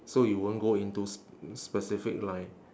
so you won't go into sp~ specific line